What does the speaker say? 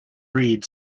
breed